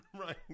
right